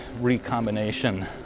recombination